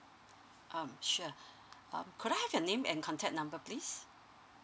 um sure um could I have your name and contact number please